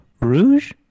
Rouge